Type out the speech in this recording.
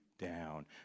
down